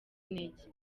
intege